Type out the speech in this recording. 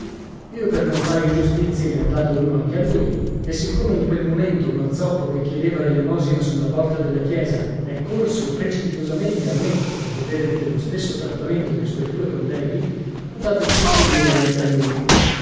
io per non fare ingiustizie ne ho dato uno anche a lui e siccome in quel momento uno zoppo che chiedeva l'elemosina sulla porta della chiesa è corso precipitosamente a me per godere dello stesso trattamento dei suoi due colleghi ho dato cinque lire anche a lui